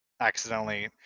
accidentally